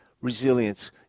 resilience